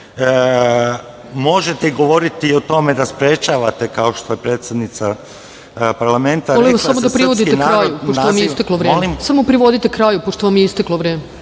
Možete govoriti o tome da sprečavate, kao što je predsednica parlamenta… **Ana Brnabić** Molim vas samo da privodite kraju pošto vam je isteklo vreme.